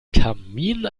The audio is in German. kamin